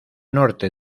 norte